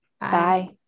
Bye